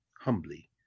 humbly